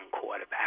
quarterback